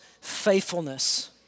faithfulness